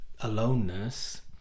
aloneness